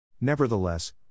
Nevertheless